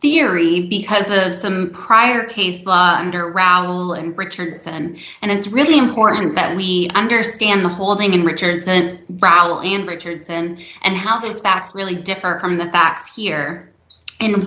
theory because of the some prior case law under raul and richardson and it's really important that we understand the whole thing in richardson problem and richardson and how this backs really differ from the facts here in